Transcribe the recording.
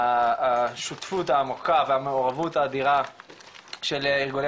השותפות העמוקה והמעורבות האדירה של ארגוני